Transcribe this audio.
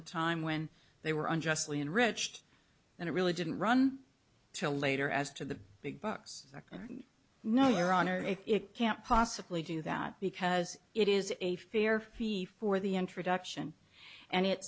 the time when they were unjustly enriched then it really didn't run till later as to the big bucks or no your honor if it can't possibly do that because it is a fair fee for the introduction and it